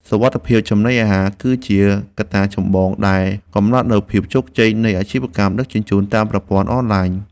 សុវត្ថិភាពចំណីអាហារ គឺជាកត្តាចម្បងដែលកំណត់នូវភាពជោគជ័យនៃអាជីវកម្មដឹកជញ្ជូនតាមប្រព័ន្ធអនឡាញ។